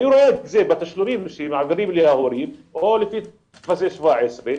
אני רואה את זה בתשלומים שמעבירים לי ההורים או לפי טפסי 17,